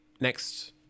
next